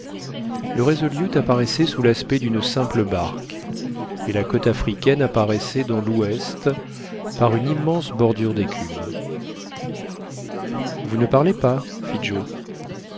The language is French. le resolute apparaissait sous l'aspect d'une simple barque et la côte africaine apparaissait dans l'ouest par une immense bordure d'écume vous ne parlez pas